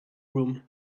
room